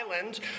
island